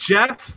Jeff